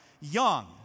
young